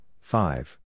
five